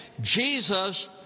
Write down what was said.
Jesus